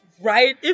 right